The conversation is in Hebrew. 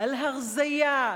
על "הרזיה",